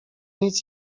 nic